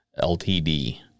Ltd